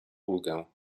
ulgę